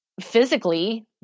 physically